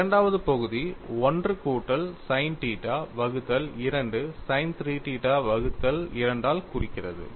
இரண்டாவது பகுதி 1 கூட்டல் sin θ வகுத்தல் 2 sin 3θ வகுத்தல் 2 ஆல் குறிக்கிறது